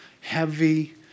heavy